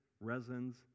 resins